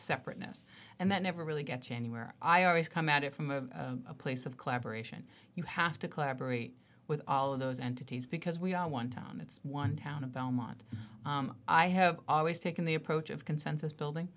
separateness and that never really gets anywhere i always come at it from a place of collaboration you have to collaborate with all of those entities because we are one time it's one town of belmont i have always taken the approach of consensus building